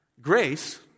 Grace